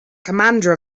commander